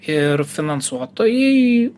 ir finansuotojai